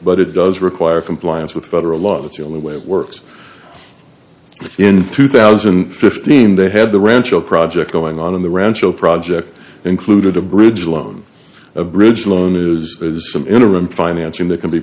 but it does require compliance with federal law that's the only way it works in two thousand and fifteen they had the rancho project going on the rancho project included a bridge loan a bridge loan is some interim financing that can be